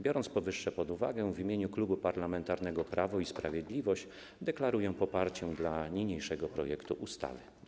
Biorąc powyższe pod uwagę, w imieniu Klubu Parlamentarnego Prawo i Sprawiedliwość deklaruję poparcie dla niniejszego projektu ustawy.